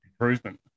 improvement